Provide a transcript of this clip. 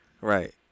Right